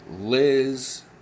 Liz